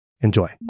Enjoy